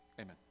Amen